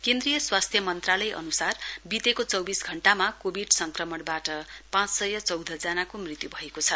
केन्द्रीय स्वास्थ्य मन्त्रालय अन्सार बितेको चौबिस घण्टामा कोविड संक्रमणबाट पाँच सय चौध जनाको मृत्यु भएको छ